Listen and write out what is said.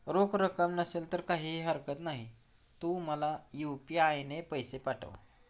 रोख रक्कम नसेल तर काहीही हरकत नाही, तू मला यू.पी.आय ने पैसे पाठव